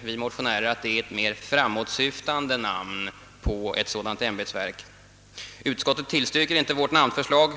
Vi motionärer tycker att det är ett mer framåtsyftande namn på ett sådant ämbetsverk. Utskottet tillstyrker inte vårt namnförslag.